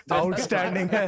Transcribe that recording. outstanding